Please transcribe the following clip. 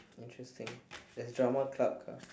interesting there is drama club ah